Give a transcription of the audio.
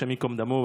השם ייקום דמו,